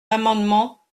l’amendement